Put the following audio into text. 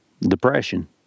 depression